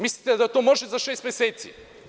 Mislite da to može za šest meseci.